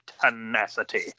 tenacity